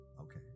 Okay